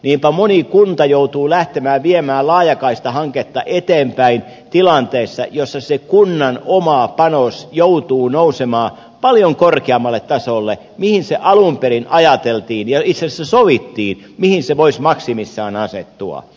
niinpä moni kunta joutuu lähtemään viemään laajakaistahanketta eteenpäin tilanteessa jossa se kunnan oma panos joutuu nousemaan paljon korkeammalle tasolle kuin mihin se alun perin ajateltiin ja mihin itse asiassa sovittiin että se voisi maksimissaan asettua